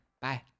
Bye